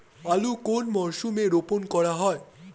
আলু কোন মরশুমে রোপণ করা হয়?